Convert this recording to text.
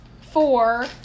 four